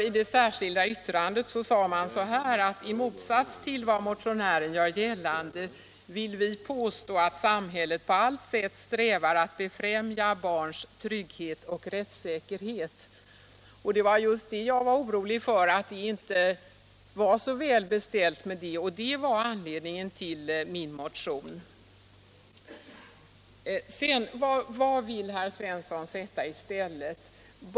I det särskilda yttrandet sades nämligen: ”I motsats till vad motionären gör gällande vill vi påstå att samhället på allt sätt strävar att befrämja barns trygghet och rättssäkerhet.” Jag var orolig för att det inte var så väl beställt med detta, och det var anledningen till min motion. Vad vill herr Svensson f. ö. sätta i stället?